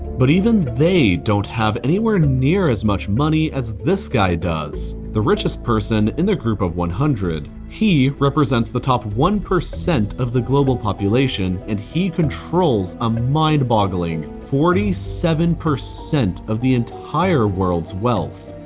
but even they don't have anywhere near as much money as this guy does the richest person in the group of one hundred. he represents the top one percent of the global population, and he controls a mind-boggling forty seven percent of the entire world's wealth,